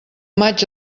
maig